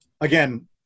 again